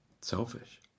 selfish